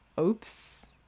Oops